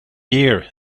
year